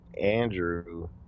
Andrew